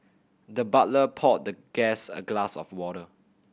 the butler poured the guest a glass of water